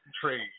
trade